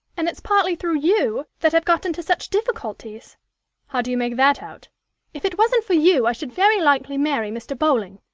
and it's partly through you that i've got into such difficulties how do you make that out if it wasn't for you, i should very likely marry mr. bowling